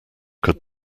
could